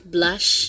Blush